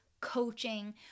coaching